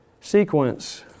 Sequence